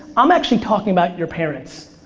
i'm actually talking about your parents.